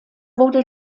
wurde